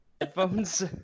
headphones